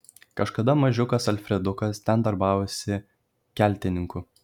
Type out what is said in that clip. kažkada mažiukas alfredukas ten darbavosi keltininku